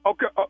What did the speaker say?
Okay